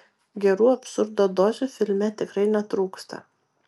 gerų absurdo dozių filme tikrai netrūksta